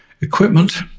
equipment